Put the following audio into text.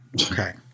Okay